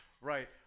Right